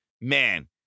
man